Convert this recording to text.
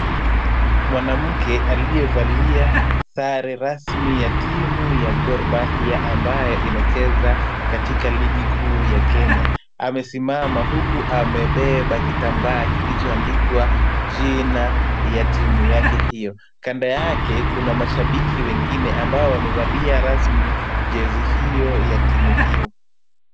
Mwanamke aliyevalia sare rasmi ya timu ya Gor Mahia ambaye inacheza katika ligi kuu ya Kenya. Amesimama huku amebeba kitambaa kilichoandikwa jina ya timu yake hiyo. Kando yake kuna mashabiki wengine ambao wamevalia rasmi jezi hiyo ya timu hiyo.